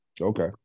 Okay